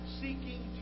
seeking